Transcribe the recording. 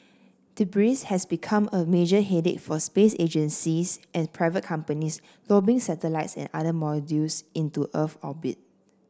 debris has become a major headache for space agencies and private companies lobbing satellites and other modules into Earth orbit